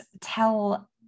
tell